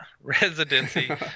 residency